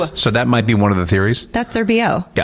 ah so that might be one of the theories. that's their b o. yeah.